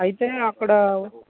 అయితే అక్కడ